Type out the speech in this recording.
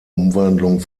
umwandlung